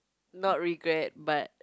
not regret but